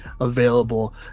available